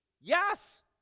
Yes